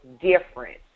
different